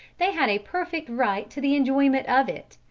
they had a perfect right to the enjoyment of it,